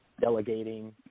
delegating